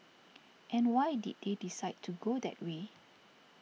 and why did they decide to go that way